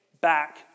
back